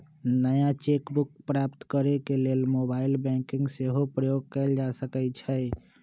नया cheque book प्राप्त करेके लेल मोबाइल बैंकिंग के सेहो प्रयोग कएल जा सकइ छइ